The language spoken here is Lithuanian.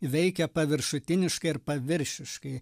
veikia paviršutiniškai ar paviršiškai